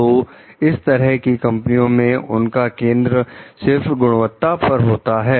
तो इस तरह की कंपनियों में उनका केंद्र सिर्फ गुणवत्ता पर होता है